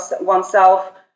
oneself